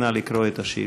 נא לקרוא את השאילתה.